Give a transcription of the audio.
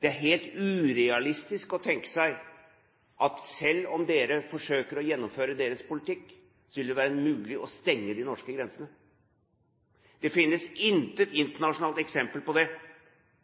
Det er helt urealistisk å tenke seg – selv om de forsøker å gjennomføre sin politikk – at det vil være mulig å stenge de norske grensene. Det finnes intet internasjonalt eksempel på at det